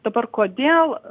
dabar kodėl